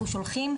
אנחנו שולחים,